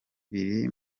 biri